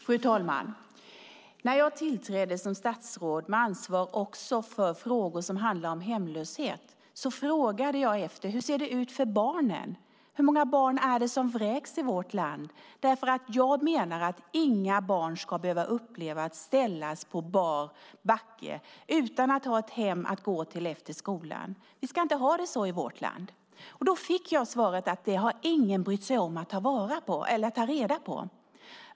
Fru talman! När jag tillträdde som statsråd med ansvar också för frågor som handlar om hemlöshet frågade jag: Hur ser det ut för barnen? Hur många barn är det som vräks i vårt land? Jag menar att inga barn ska behöva uppleva att ställas på bar backe utan att ha ett hem att gå till efter skolan. Vi ska inte ha det så i vårt land. Då fick jag svaret att ingen har brytt sig om att ta reda på det.